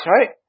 right